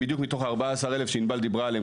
הם בדיוק מתוך 14 אלף שענבל דיברה עליהם